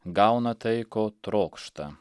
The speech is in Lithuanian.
gauna tai ko trokšta